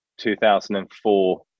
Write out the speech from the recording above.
2004